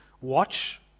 watch